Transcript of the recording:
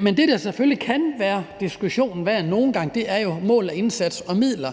Men det, der selvfølgelig kan være en diskussion værd, er jo mål, indsats og midler,